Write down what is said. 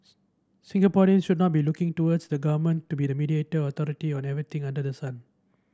Singaporeans should not be looking towards the government to be the mediator or authority on everything under the sun